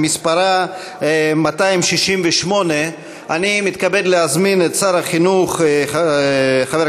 שמספרה 268. אני מתכבד להזמין את שר החינוך חבר